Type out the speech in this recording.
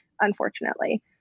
unfortunately